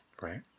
Right